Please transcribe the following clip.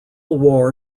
war